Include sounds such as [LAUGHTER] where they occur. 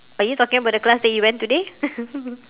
are you talking about the class that you went today [LAUGHS]